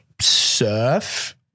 surf